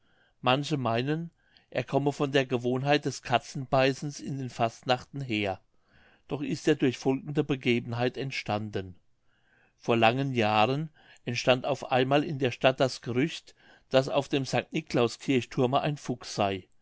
manche meinen er komme von der gewohnheit des katzenbeißens in den fastnachten her doch ist er durch folgende begebenheit entstanden vor langen jahren entstand auf einmal in der stadt das gerücht daß auf dem st nicolaus kirchthurme ein fuchs sey